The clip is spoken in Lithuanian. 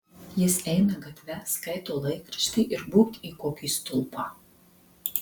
jis eina gatve skaito laikraštį ir būbt į kokį stulpą